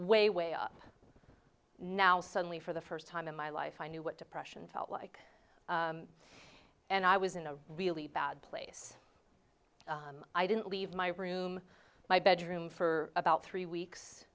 way way up now suddenly for the first time in my life i knew what depression felt like and i was in a really bad place i didn't leave my room my bedroom for about three weeks